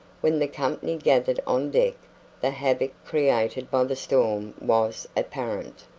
when the company gathered on deck the havoc created by the storm was apparent.